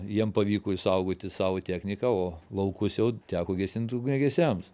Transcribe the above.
jiem pavyko išsaugoti savo techniką o laukus jau teko gesint ugniagesiam